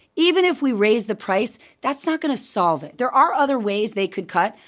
even if we raised the price, that's not gonna solve it. there are other ways they could cut.